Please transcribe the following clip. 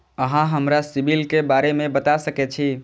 अहाँ हमरा सिबिल के बारे में बता सके छी?